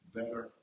better